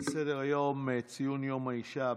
על סדר-היום: ציון יום האישה הבין-לאומי,